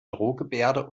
drohgebärde